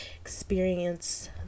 experience